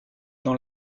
dans